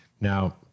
Now